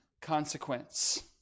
consequence